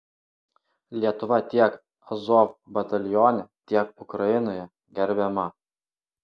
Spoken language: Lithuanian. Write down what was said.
lietuva tiek azov batalione tiek ukrainoje gerbiama